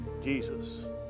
Jesus